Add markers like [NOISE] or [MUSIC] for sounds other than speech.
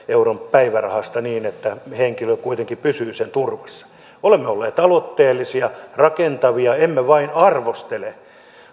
[UNINTELLIGIBLE] euron päivärahasta niin että henkilö kuitenkin pysyy sen turvassa olemme olleet aloitteellisia rakentavia emme vain arvostele